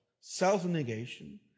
self-negation